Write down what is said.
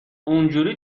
اونجوری